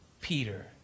Peter